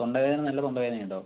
തൊണ്ട വേദന നല്ല തൊണ്ട വേദനയുണ്ടോ